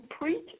preach